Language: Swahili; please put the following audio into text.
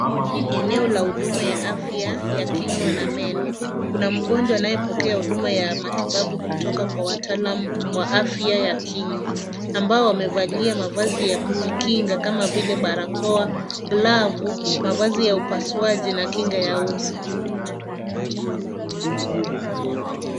Hii ni eneo ya huduma ya afya ya kinywa na meno. Kuna mgonjwa anayepokea huduma ya matibabu kutoka kwa wataalam wa afya ya kinywa ambao wamevalia mavazi ya kujikinga kama vile barakoa, glavu, mavazi ya upasuaji na kinga ya uso.